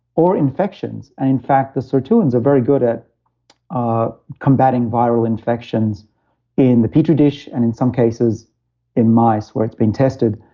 or infections. and in fact the sirtuins are very good at combating viral infections in the petri dish, and in some cases in mice where it's been tested.